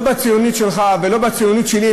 לא בציונות שלך ולא בציונות שלי,